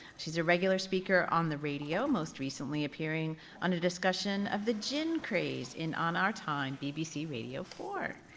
she's a regular speaker on the radio, most recently appearing on a discussion of the gin craze in on our time bbc radio four.